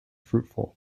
fruitful